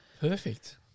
perfect